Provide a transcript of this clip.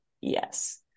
yes